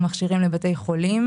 הבריאות החולים.